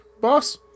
boss